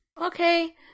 Okay